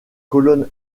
colonnes